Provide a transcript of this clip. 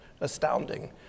astounding